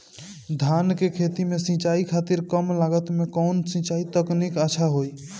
धान के खेती में सिंचाई खातिर कम लागत में कउन सिंचाई तकनीक अच्छा होई?